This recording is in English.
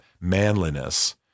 manliness